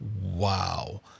Wow